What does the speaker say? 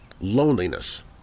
loneliness